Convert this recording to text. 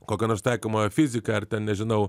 kokią nors taikomąją fiziką ar ten nežinau